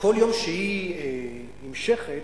כל יום שהיא נמשכת,